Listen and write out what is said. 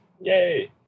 Yay